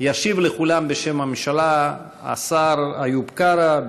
ישיב לכולם בשם הממשלה השר איוב קרא,